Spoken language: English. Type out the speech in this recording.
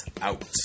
out